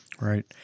Right